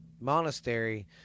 monastery